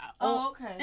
okay